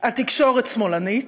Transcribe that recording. התקשורת שמאלנית,